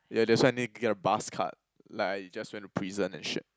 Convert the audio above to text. yeah that's why need to get a bus card like I just went to prison and shit